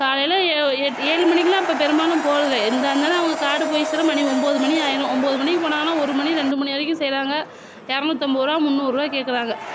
காலையில் ஏழு மணிக்குலாம் இப்போ பெரும்பாலும் போறது இல்லை எந்தா இருந்தாலும் அவங்க காடு போய் சேர மணி ஒம்பது மணி ஆகிடும் ஒம்பது மணிக்கு போனாங்கனா ஒரு மணி ரெண்டு மணி வரைக்கும் செய்யுறாங்க இரநூத்தம்பது ரூபாய் முந்நூறு ரூபாய் கேட்குறாங்க